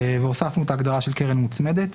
והוספנו את ההגדרה של "קרן מוצמדת"